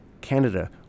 Canada